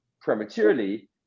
prematurely